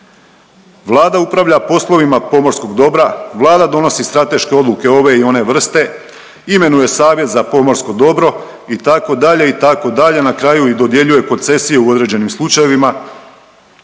Vlada upravlja poslovima pomorskog dobra, Vlada donosi strateške odluke ove i one vrste, imenuje savjet za pomorsko dobro, itd., itd., na kraju i dodjeljuje koncesije u određenim slučajevima.